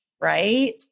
right